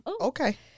Okay